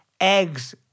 eggs